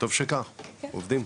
וטוב שכך, עובדים.